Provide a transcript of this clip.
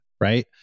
right